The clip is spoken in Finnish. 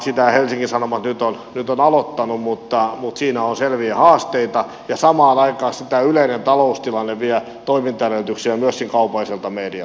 sitä helsingin sanomat nyt on aloittanut mutta siinä on selviä haasteita ja samaan aikaan tämä yleinen taloustilanne vie toimintaedellytyksiä myöskin kaupalliselta medialta